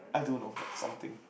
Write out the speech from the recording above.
I don't know but something